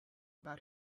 about